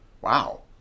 Wow